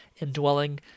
indwelling